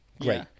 Great